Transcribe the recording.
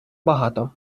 багато